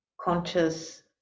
conscious